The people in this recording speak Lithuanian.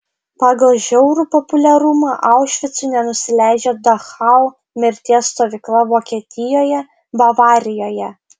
pagal žiaurų populiarumą aušvicui nenusileidžia dachau mirties stovykla vokietijoje bavarijoje